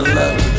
love